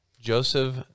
Joseph